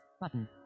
button